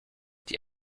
die